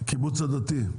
קיבוץ הדתי?